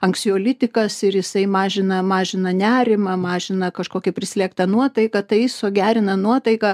anksiolitikas ir jisai mažina mažina nerimą mažina kažkokią prislėgtą nuotaiką taiso gerina nuotaiką